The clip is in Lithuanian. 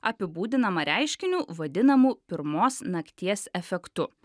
apibūdinama reiškiniu vadinamu pirmos nakties efektu